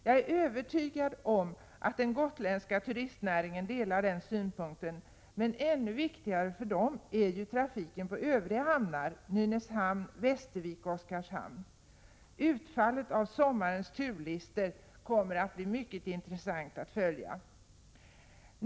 Jag är övertygad om att den gotländska turistnäringen delar den synpunkten. Men ännu viktigare för gotlänningarna är trafiken på övriga hamnar: Nynäshamn, Västervik och Oskarshamn. Det kommer att bli mycket intressant att följa utfallet av sommarens turlistor.